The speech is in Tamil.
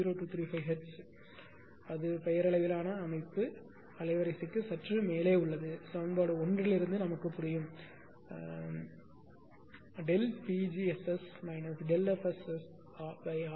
0235 ஹெர்ட்ஸ் அது பெயரளவிலான அமைப்பு அலைவரிசைக்கு சற்று மேலே உள்ளது சமன்பாடு 1 இலிருந்து நமக்குத் தெரியும் Δ〖P g〗SS ΔF SSR